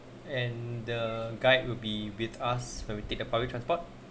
and the guide will be with us when we take the public transport